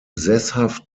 sesshaft